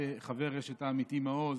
כחבר רשת העמיתים מעוז,